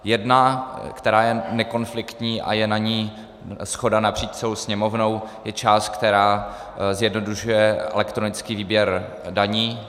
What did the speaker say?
Jedna, která je nekonfliktní a je na ní shoda napříč celou Sněmovnou, je část, která zjednodušuje elektronický výběr daní.